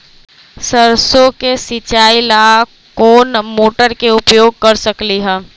सरसों के सिचाई ला कोंन मोटर के उपयोग कर सकली ह?